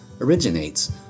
originates